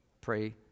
Pray